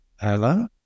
hello